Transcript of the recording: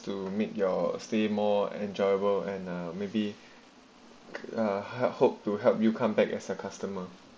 to meet your stay more enjoyable and uh maybe uh had hoped to help you come back as a customer